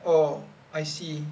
oh I see